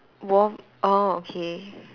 warm orh okay